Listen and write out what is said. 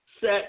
Set